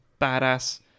badass